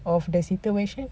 of the situation